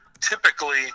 typically